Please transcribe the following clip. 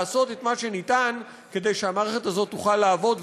לעשות את מה שניתן כדי שהמערכת הזו תוכל לעבוד,